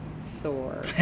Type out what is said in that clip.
sore